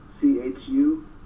C-H-U